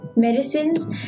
medicines